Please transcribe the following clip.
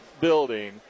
building